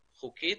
חוקית,